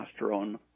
testosterone